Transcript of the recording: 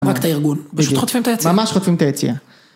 רק את הארגון, פשוט חוטפים את היציאה. ממש חוטפים את היציאה.